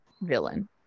villain